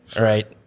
right